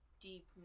deep